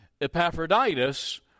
Epaphroditus